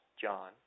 John